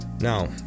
Now